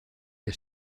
que